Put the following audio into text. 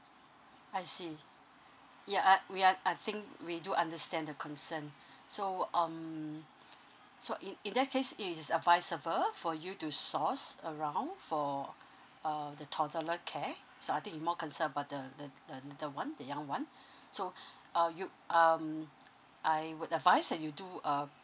I see ya uh we are I think we do understand the concern so um so in in that case it is advisable for you to source around for uh the toddler care so I think you more concern about the the the the one the young one so uh you um I would advise that you do a